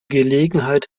gelegenheit